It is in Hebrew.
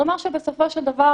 הוא אמר שבסופו של דבר,